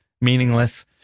meaningless